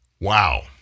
Wow